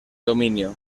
dominio